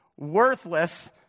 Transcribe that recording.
Worthless